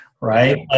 right